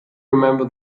remember